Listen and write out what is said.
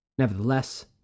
Nevertheless